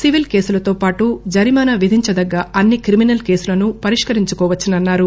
civil కేసులతో పాటు జరిమానా విధించదగ్గ అన్ని క్రిమినల్ కేసులనూ పరిష్కరించుకోవచ్చన్నారు